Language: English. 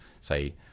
say